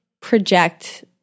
project